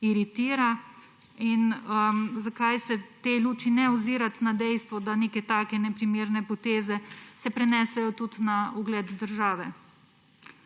iritira? Zakaj se v tej luči ne ozirati na dejstvo, da se neke take neprimerne poteze prenesejo tudi na ugled države?